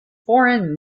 foreign